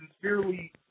sincerely